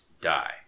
die